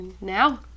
Now